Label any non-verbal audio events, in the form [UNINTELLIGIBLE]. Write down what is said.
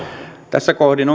tässä kohdin [UNINTELLIGIBLE]